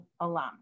alum